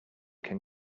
can